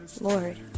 Lord